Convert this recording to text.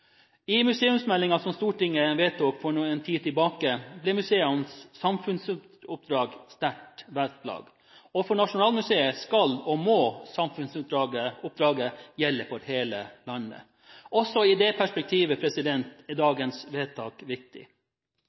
I museumsmeldingen som Stortinget vedtok for en tid siden, ble museenes samfunnsoppdrag sterkt vektlagt. Nasjonalmuseets samfunnsoppdrag skal – og må – gjelde for hele landet. Også i det perspektivet er dagens vedtak viktig.